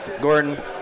Gordon